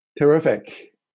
Terrific